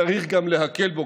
צריך גם להקל בו,